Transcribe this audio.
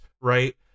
right